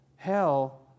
Hell